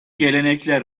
gelenekler